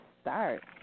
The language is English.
start